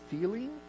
feeling